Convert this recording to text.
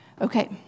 Okay